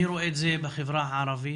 אני רואה את זה בחברה הערבית